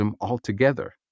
altogether